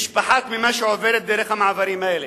משפחה תמימה שעוברת דרך המעברים האלה?